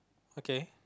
okay